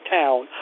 town